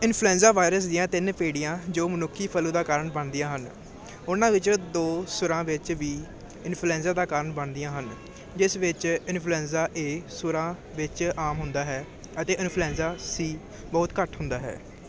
influenza virus ਦੀਆਂ ਤਿੰਨ ਪੀੜ੍ਹੀਆਂ ਜੋ ਮਨੁੱਖੀ ਫਲੂਦਾ ਕਾਰਨ ਬਣਦੀਆਂ ਹਨ ਉਹਨਾਂ ਵਿੱਚੋਂ ਦੋ ਸੂਰਾਂ ਵਿੱਚ ਵੀ ਇਨਫਲੈਂਜ਼ਾ ਦਾ ਕਾਰਨ ਬਣਦੀਆਂ ਹਨ ਜਿਸ ਵਿੱਚ ਇਨਫਲੈਂਜ਼ਾ ਏ ਸੂਰਾਂ ਵਿੱਚ ਆਮ ਹੁੰਦਾ ਹੈ ਅਤੇ ਇਨਫਲੈਂਜ਼ਾ ਸੀ ਬਹੁਤ ਘੱਟ ਹੁੰਦਾ ਹੈ